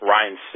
Ryan